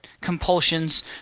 compulsions